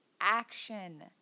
action